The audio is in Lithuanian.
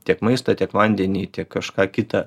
tiek maistą tiek vandenį tiek kažką kitą